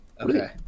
Okay